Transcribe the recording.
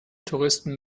touristen